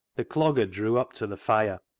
the clogger drew up to the fire,